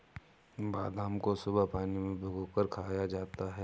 बादाम को सुबह पानी में भिगोकर खाया जाता है